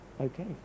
Okay